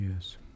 yes